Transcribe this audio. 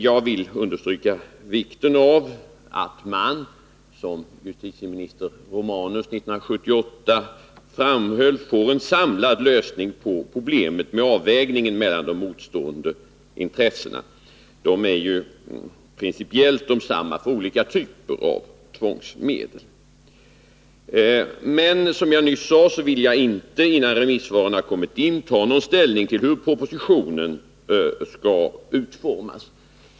Jag vill understryka vikten av att man, som justitieminister Romanus framhöll 1978, får en samlad lösning på problemen med avvägning mellan de motstående intressena. De är ju principiellt desamma för olika typer av tvångsmedel. Men som jag nyss sade vill jag inte innan remissvaren har kommit in ta någon ställning till hur propositionen skall utformas.